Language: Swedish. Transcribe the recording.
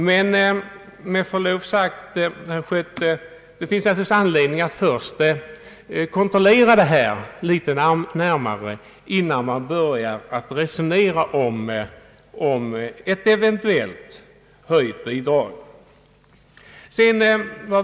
Men med förlov sagt, herr Schött, det finns naturligtvis anledning att kontrollera dessa uppgifter litet närmare, innan man börjar resonera om ett eventuellt höjt bidrag.